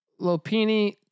Lopini